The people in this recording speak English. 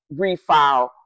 refile